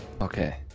Okay